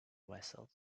vessels